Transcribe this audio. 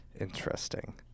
Interesting